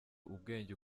ubwenge